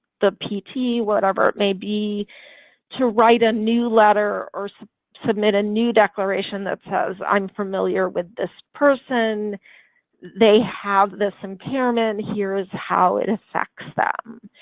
the pt, whatever it may be to write a new letter or so submit a new declaration that says i'm familiar with this person they have this impairment. here's how it affects them